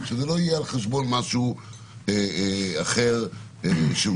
שזה לא יהיה על חשבון משהו אחר טוב.